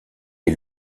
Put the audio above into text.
est